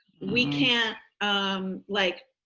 we can't um like,